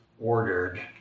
ordered